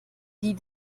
die